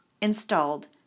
installed